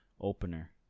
opener